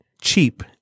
cheap